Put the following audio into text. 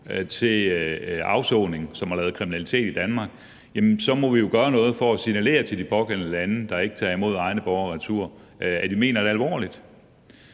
egne borgere, som har lavet kriminalitet i Danmark, retur til afsoning, så må vi jo gøre noget for at signalere til de pågældende lande, der ikke tager egne borgere retur, at vi mener det alvorligt.